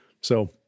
So-